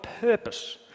purpose